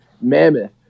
mammoth